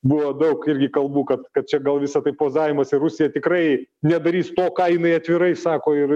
buvo daug irgi kalbų kad kad čia gal visa tai pozavimas ir rusija tikrai nedarys to ką jinai atvirai sako ir